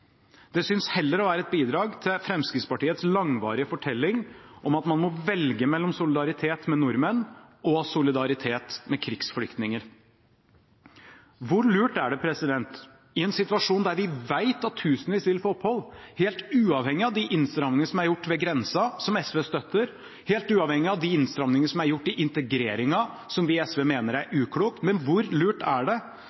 Det synes heller å være et bidrag til Fremskrittspartiets langvarige fortelling om at man må velge mellom solidaritet med nordmenn og solidaritet med krigsflyktninger. I en situasjon der vi vet at tusenvis uansett vil få opphold – helt uavhengig av de innstrammingene som er gjort ved grensen, som SV støtter, og helt uavhengig av de innstrammingene som er gjort i integreringen, som vi i SV mener er uklokt – hvor lurt er det